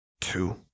Two